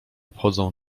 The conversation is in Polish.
obchodzą